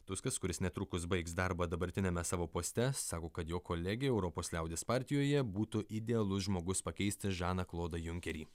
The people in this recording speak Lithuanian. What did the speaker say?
tuskas kuris netrukus baigs darbą dabartiniame savo poste sako kad jo kolegė europos liaudies partijoje būtų idealus žmogus pakeisti žaną klodą junkerį